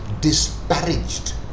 disparaged